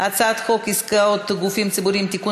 הצעת חוק עסקאות גופים ציבוריים (תיקון